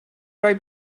roi